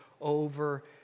over